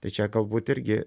tai čia galbūt irgi